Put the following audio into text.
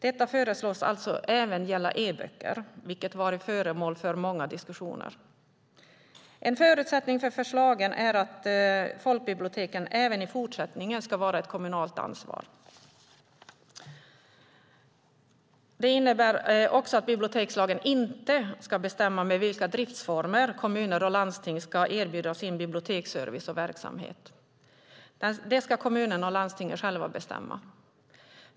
Detta föreslås alltså även gälla e-böcker, vilket varit föremål för många diskussioner. En förutsättning för förslagen är att folkbiblioteken även i fortsättningen ska vara ett kommunalt ansvar. Det innebär att bibliotekslagen inte ska bestämma med vilka driftsformer kommuner och landsting ska erbjuda sin biblioteksservice och verksamhet. Det ska kommunerna och landstingen själva bestämma.